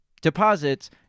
deposits